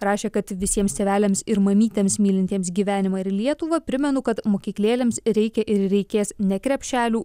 rašė kad visiems tėveliams ir mamytėms mylintiems gyvenimą ir lietuvą primenu kad mokyklėlėms reikia ir reikės ne krepšelių